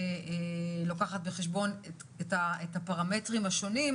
שלוקחת בחשבון את הפרמטרים השונים,